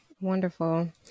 Wonderful